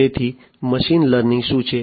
તો machine learning શું છે